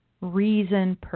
reason